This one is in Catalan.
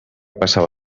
passava